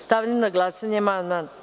Stavljam na glasanje ovaj amandman.